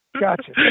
Gotcha